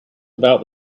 about